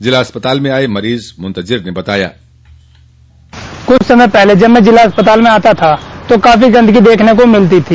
जिला अस्पताल में आये मरीज मुतजिर ने बताया बाइट कुछ समय पहले जब मैं जिला अस्पताल में आता था तो काफी गंदगी देखने को मिलती थी